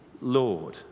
Lord